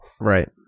Right